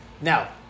Now